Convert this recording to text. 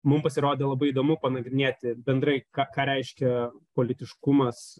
mum pasirodė labai įdomu panagrinėti bendrai ką ką reiškia politiškumas